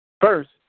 first